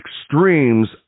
extremes